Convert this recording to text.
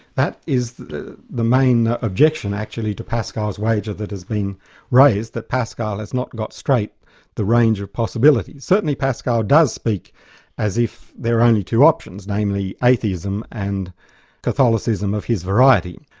that is the the main objection, actually, to pascal's wager that has been raised. that pascal has not got straight the range of possibilities. certainly pascal does speak as if there are only two options, namely atheism and catholicism of his variety.